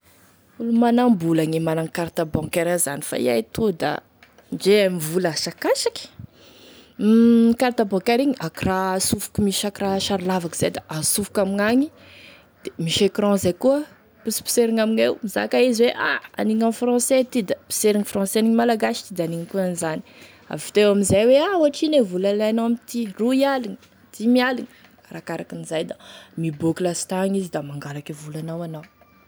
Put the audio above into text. Olo manambola gne managny carte bancaire zany fa iahy toa da ndre mvola asakasaky, carte bancaire igny akoraha asofoky misy akoraha lavaky izay da asofoky amign'agny da misy écran zay koa, posiposerinao amigneo, mizaka izy hoe a aniny en francais ity da aniny, aniny malagasy ity da anigny koa an'izany, da avy teo amin'izay mizaka izy hoe ohatrino e vola alainao am'ity da roy aliny, dimy aligny, arakaraky an'izay da miboaky lastagny izy e da mangalaky e volanao anao.